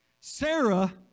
Sarah